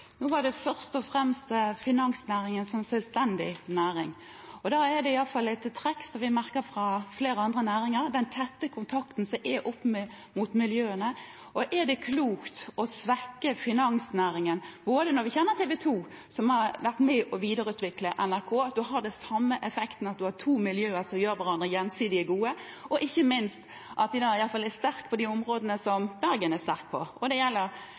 Nå gjaldt det først og fremst finansnæringen som selvstendig næring. Et trekk som vi merker fra flere andre næringer, er den tette kontakten som er opp mot miljøene – og er det klokt å svekke finansnæringen? Vi kjenner til at TV 2 har vært med på å videreutvikle NRK. En bør ha den samme effekten, at en har to miljøer som gjør hverandre gjensidig gode, og de bør iallfall være sterke på de områdene som Bergen er sterk på, og det gjelder